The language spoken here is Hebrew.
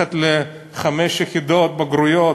ללכת לחמש יחידות, בגרויות,